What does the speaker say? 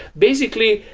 basically,